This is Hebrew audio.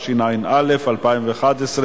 התשע"א 2011,